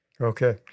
Okay